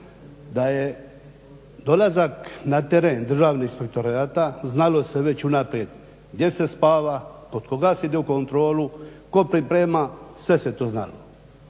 da je dolazak na teren Državnog inspektorata znalo se već unaprijed gdje se spava, kod koga se ide u kontrolu, ko priprema, sve se to znalo.